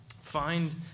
find